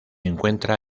encuentra